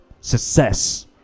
success